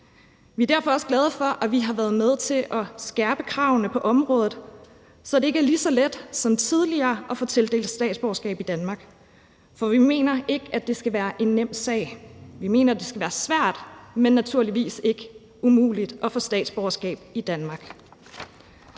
Vi er derfor også glade for, at vi har været med til at skærpe kravene på området, så det ikke er lige så let som tidligere at få tildelt statsborgerskab i Danmark. For vi mener ikke, at det skal være en nem sag. Vi mener, det skal være svært, men naturligvis ikke umuligt, at få statsborgerskab i Danmark.